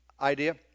idea